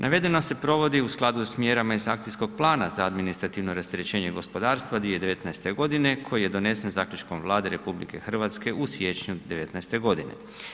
Navedeno se provodi u skladu s mjerama iz Akcijskog plana za administrativno rasterećenje gospodarstva 2019. godine koji je donesen zaključkom Vlade RH u siječnju '19. godine.